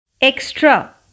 extra